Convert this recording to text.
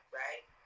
right